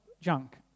junk